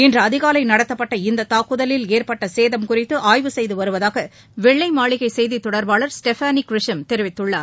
இன்று அதிகாலை நடத்தப்பட்ட இந்த தாக்குதலில் ஏற்பட்ட சேதம் குறித்து ஆய்வு செய்து வருவதாக வெள்ளை மாளிகை செய்தித் தொடர்பாளர் ஸ்டெஃபானி கிரிஷம் தெரிவித்துள்ளார்